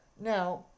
Now